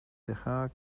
dejar